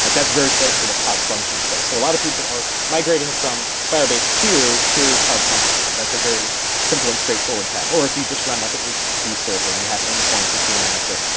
like that's very close to what cloud functions does so a lot of people are migrating from firebase q to cloud functions. that's a very simple and straightforward path, or if you just run like an http server and you have endpoints that you want to access,